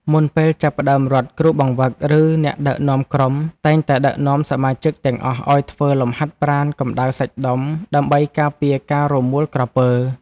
មុនពេលចាប់ផ្ដើមរត់ គ្រូបង្វឹក ឬអ្នកដឹកនាំក្រុមតែងតែដឹកនាំសមាជិកទាំងអស់ឱ្យធ្វើលំហាត់ប្រាណកម្តៅសាច់ដុំ ដើម្បីការពារការរមួលក្រពើ។